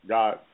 God